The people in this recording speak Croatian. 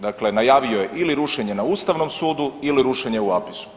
Dakle, najavio je ili rušenje na Ustavnom sudu ili rušenje u APIS-u.